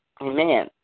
Amen